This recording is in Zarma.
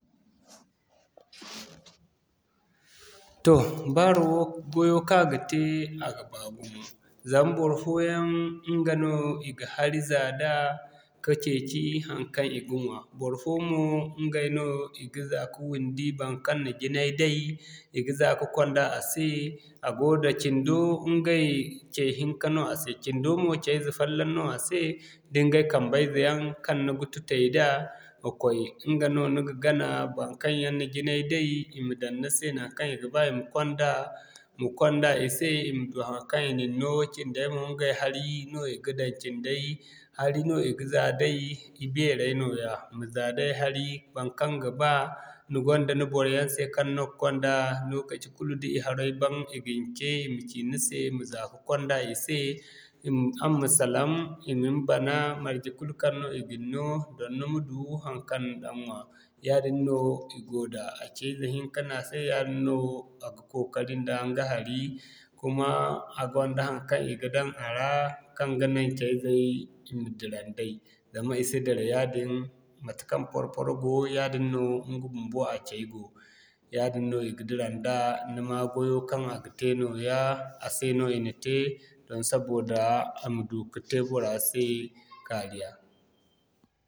Toh baro wo gwayo kaŋ a ga te, a ga baa gumo zama barfoyaŋ ɲga no i ga hari za da, ka ceeci haŋkaŋ i ga ɲwa. Barfoyaŋ mo ɲga no i ga za ka wundi, baŋkaŋ na jinay day i ga za ka konda a se a go da cindo ɲgay cee hiŋka no a se cindo mo cee ize fallaŋ no a se da ɲgay kambe ize yaŋ, kaŋ ni ga tutay da, ka'koy. Ŋga no ni ga gana, baŋkaŋ yaŋ na jinay day i ma daŋ ni se naŋkaŋ i ga ba i ma kwanda ma kwanda i se i ma du haŋkaŋ i na ni'no cinday mo ɲgay hari no i ga daŋ, cinday hari no i ga za day. I beeray nooya i ga za hari, baŋkaŋ ga ba ni gonda ni boroyaŋ se kaŋ se ni ga kwanda lokaci kulu da i haray banu i ga ni ce i ma ci ni se i ma za ka konda i se i ma araŋ ma salaŋ, i ma ni bana, marje kulu kaŋ no i ga ni'no zama ni ma du haŋkaŋ ni daŋ ɲwa. Yaadin no i go da cee ize hiŋka no a se yaadin no a ga kookari nda ɲga hari, kuma a gonda haŋkaŋ i ga daŋ a ra kaŋ ga naŋ cee izey i ma dira nday. Zama i si dira yaadin matekaŋ par-pare go yaadin no ɲga bumbo a cey go. Yaadin no i ga dira nda, ni ma gwayo kaŋ a ga te nooya a se no i na te saboda a ma du ka te bora se ka di ya.